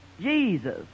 Jesus